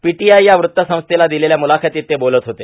PTI या वृत्तसंस्थेला दिलेल्या मुलाखतीत ते बोलत होते